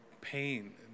pain